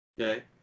okay